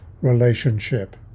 relationship